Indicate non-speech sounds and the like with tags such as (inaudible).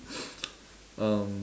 (noise) um